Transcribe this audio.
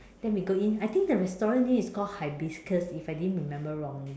then we go in I think the restaurant name is called hibiscus if I didn't remember wrongly